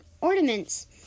ornaments